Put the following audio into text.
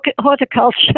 horticulture